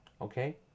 Okay